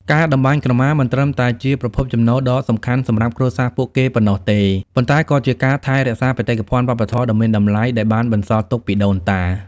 ការតម្បាញក្រមា មិនត្រឹមតែជាប្រភពចំណូលដ៏សំខាន់សម្រាប់គ្រួសារពួកគេប៉ុណ្ណោះទេ ប៉ុន្តែក៏ជា ការថែរក្សាបេតិកភណ្ឌវប្បធម៌ដ៏មានតម្លៃ ដែលបានបន្សល់ទុកពីដូនតា។